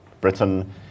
Britain